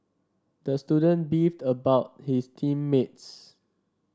the student beefed about his team mates